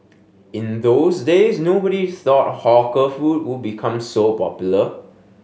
in those days nobody thought hawker food would become so popular